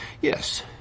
Yes